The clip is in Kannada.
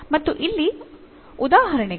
ಮತ್ತು ಇಲ್ಲಿ ಉದಾಹರಣೆಗಳು